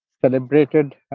celebrated